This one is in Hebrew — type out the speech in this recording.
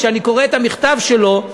כשאני קורא את המכתב שלו,